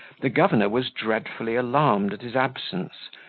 the governor was dreadfully alarmed at his absence,